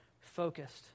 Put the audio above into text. focused